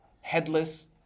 headless